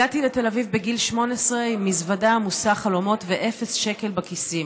הגעתי לתל אביב בגיל 18 עם מזוודה עמוסת חלומות ואפס שקל בכיסים.